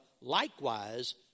likewise